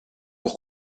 pour